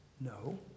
No